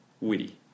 Witty